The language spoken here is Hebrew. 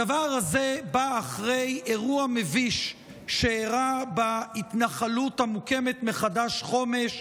הדבר הזה בא אחרי אירוע מביש שאירע בהתנחלות המוקמת-מחדש חומש,